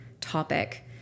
topic